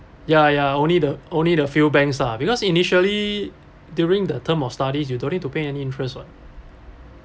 ya ya only the only the few banks lah because initially during the term of studies you don't need to pay any interest [what]